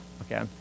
Okay